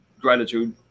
gratitude